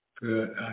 Good